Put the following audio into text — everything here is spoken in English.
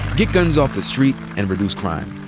get guns off the street and reduce crime.